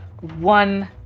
one